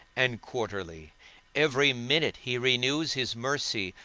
and quarterly every minute he renews his mercy,